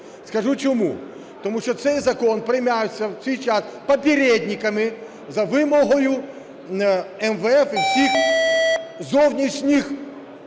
Скажу, чому: тому що цей закон приймався в свій час "попєрєдніками" за вимогою МВФ і всіх зовнішніх